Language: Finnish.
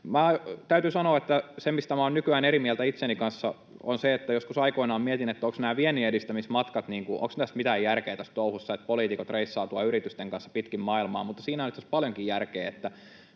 Täytyy sanoa, että se, mistä minä olen nykyään eri mieltä itseni kanssa, on se, että joskus aikoinaan mietin näitä vienninedistämismatkoja: onko mitään järkeä tässä touhussa, että poliitikot reissaavat tuolla yritysten kanssa pitkin maailmaa — mutta siinä on itse asiassa paljonkin järkeä.